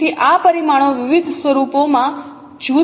તેથી આ પરિમાણો વિવિધ સ્વરૂપોમાં જૂથ થયેલ છે